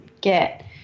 get